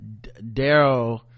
daryl